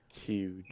huge